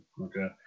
Okay